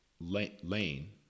lane